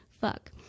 Fuck